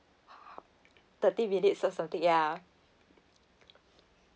thirty minutes or something ya